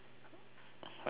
I don't know man